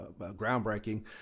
groundbreaking